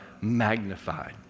magnified